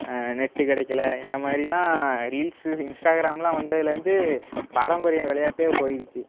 net கிடைக்கல இந்த மாதிரிலாம் ரீல்ஸ் இன்ஸ்டாகிராம்லாம் வந்ததுலேருந்து பாரம்பரிய விளையாட்டே போய்டுச்சு